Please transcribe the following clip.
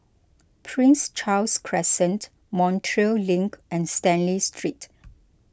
Prince Charles Crescent Montreal Link and Stanley Street